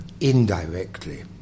indirectly